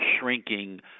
shrinking